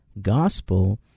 gospel